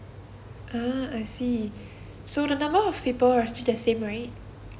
ah I see so the number of people are still the same right